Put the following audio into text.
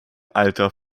alter